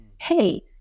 hey